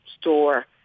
store